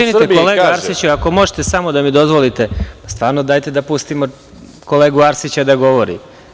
Izvinite kolega Arsiću, ako možete samo da mi dozvolite, stvarno, dajte da pustimo kolegu Arsića da govori.